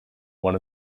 one